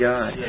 God